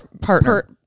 partner